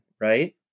right